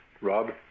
Rob